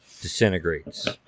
disintegrates